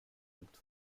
looked